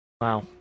Wow